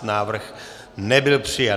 Návrh nebyl přijat.